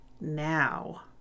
now